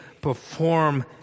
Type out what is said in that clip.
perform